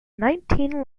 nineteen